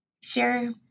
Sure